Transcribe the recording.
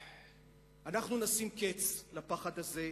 אנחנו נשים קץ לפחד הזה.